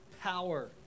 power